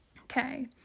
Okay